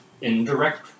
indirect